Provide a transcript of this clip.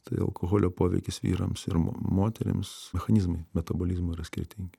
tai alkoholio poveikis vyrams ir m moterims mechanizmai metabolizmo yra skirtingi